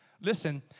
listen